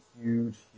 huge